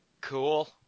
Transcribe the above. Cool